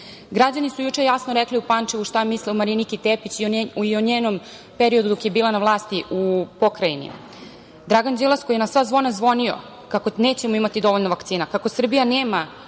su juče jasno rekli u Pančevu šta misle o Mariniki Tepić i o periodu dok je bila na vlasti u pokrajini. Dragan Đilas koji je na sva zvona zvonio kako nećemo imati dovoljno vakcina, kako Srbija nema